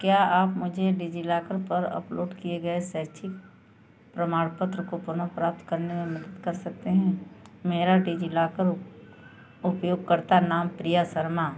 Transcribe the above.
क्याए आप मुझे डिजिलाकर पर उपलोड किए गए शैक्षणिक प्रमाणपत्र को पुनः प्राप्त करने में मदद कर सकते हैं मेरा डिजिलकर उपयोगकर्ता नाम प्रिय शर्मा